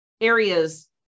areas